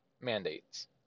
mandates